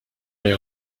les